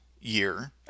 year